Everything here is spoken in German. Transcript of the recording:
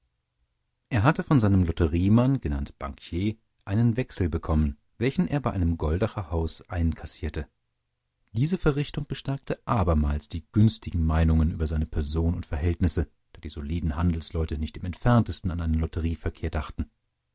er hatte von seinem lotteriemann genannt bankier einen wechsel bekommen welchen er bei einem goldacher haus einkassierte diese verrichtung bestärkte abermals die günstigen meinungen über seine person und verhältnisse da die soliden handelsleute nicht im entferntesten an einen lotterieverkehr dachten